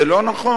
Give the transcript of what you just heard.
זה לא נכון,